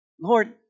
Lord